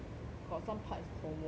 got some parts is hormones